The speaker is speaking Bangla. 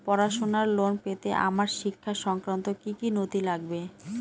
পড়াশুনোর লোন পেতে আমার শিক্ষা সংক্রান্ত কি কি নথি লাগবে?